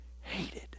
hated